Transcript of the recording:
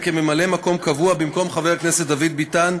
יכהן כממלא-מקום קבוע במקום חבר הכנסת דוד ביטן,